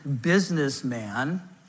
businessman